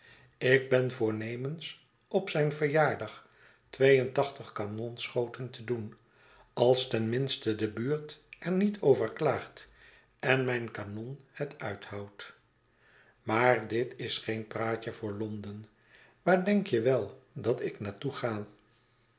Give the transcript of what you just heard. ik ben voornemens op zijn verjaardag twee en tachtig kanonschoten te doen als ten minste de buurt er niet over klaagt en mijn kanon het uithoudt maar dit is geen praatje voor londen waar denk je wel dat ik naar toe ga